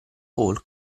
hall